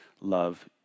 love